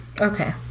Okay